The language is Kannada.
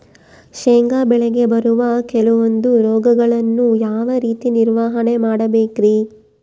ಶೇಂಗಾ ಬೆಳೆಗೆ ಬರುವ ಕೆಲವೊಂದು ರೋಗಗಳನ್ನು ಯಾವ ರೇತಿ ನಿರ್ವಹಣೆ ಮಾಡಬೇಕ್ರಿ?